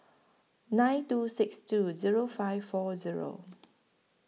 nine two six two Zero five four Zero